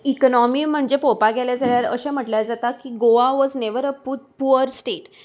economy म्हणजे पळोवपाक गेलें जाल्यार अशें म्हटल्यार जाता की Goa was never a poor state